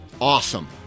awesome